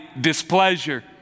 displeasure